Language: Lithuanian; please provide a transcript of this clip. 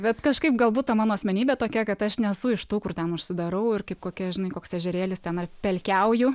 bet kažkaip galbūt ta mano asmenybė tokia kad aš nesu iš tų kur ten užsidarau ir kaip kokia žinai koksai ežerėlis ten ar pelkiauju